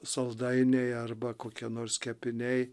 saldainiai arba kokie nors kepiniai